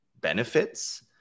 benefits